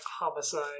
homicide